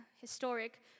historic